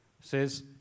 says